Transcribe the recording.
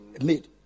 made